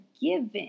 given